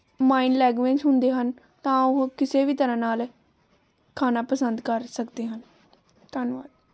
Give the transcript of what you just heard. mind language ਹੁੰਦੇ ਹਨ ਤਾਂ ਉਹ ਕਿਸੇ ਵੀ ਤਰ੍ਹਾਂ ਨਾਲ ਖਾਣਾ ਪਸੰਦ ਕਰ ਸਕਦੇ ਹਨ ਧੰਨਵਾਦ